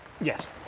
Yes